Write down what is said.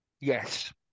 Yes